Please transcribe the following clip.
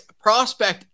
prospect